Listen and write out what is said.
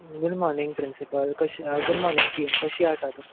good morning principal कशी good morning पिवन कशी आसा तुमी